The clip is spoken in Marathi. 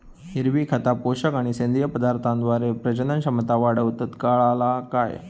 हिरवी खता, पोषक आणि सेंद्रिय पदार्थांद्वारे प्रजनन क्षमता वाढवतत, काळाला काय?